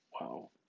wow